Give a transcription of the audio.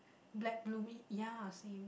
black blue me ya same